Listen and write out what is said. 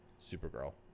Supergirl